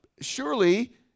surely